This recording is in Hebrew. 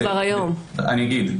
אני אגיד.